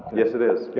yes it is. yeah